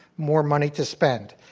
more money to spend.